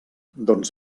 doncs